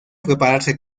prepararse